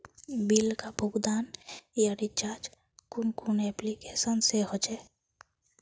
Bill का भुगतान या रिचार्ज कुन कुन एप्लिकेशन से होचे?